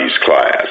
class